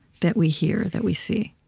that we hear, that we see?